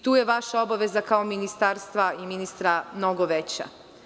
Tu je vaša obaveza kao ministarstva i ministra mnogo veća.